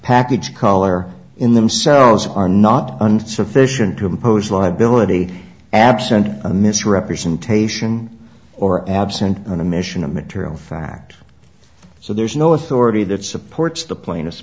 package color in themselves are not unsufficient to impose liability absent a misrepresentation or absent on a mission a material fact so there is no authority that supports the pla